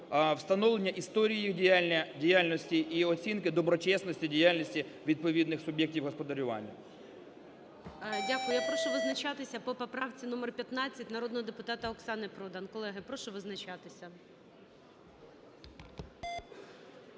встановлення історії їх діяльності і оцінки доброчесності діяльності відповідних суб'єктів господарювання. ГОЛОВУЮЧИЙ. Дякую. Я прошу визначатися по поправці номер 15 народного депутата Оксани Продан. Колеги, прошу визначатися.